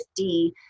50